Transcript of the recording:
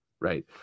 right